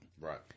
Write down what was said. Right